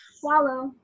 Swallow